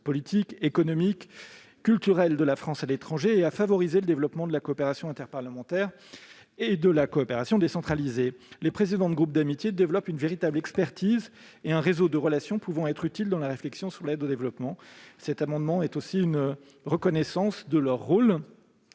politique, économique et culturelle de la France à l'étranger, et à favoriser le développement de la coopération interparlementaire et de la coopération décentralisée. Les présidents de groupes d'amitié développent une véritable expertise et un réseau de relations qui peuvent être utiles dans la réflexion sur l'aide au développement. Cet amendement vise aussi à ce que leur rôle